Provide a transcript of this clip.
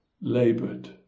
laboured